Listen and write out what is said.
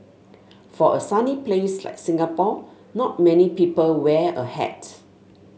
for a sunny place like Singapore not many people wear a hat